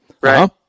Right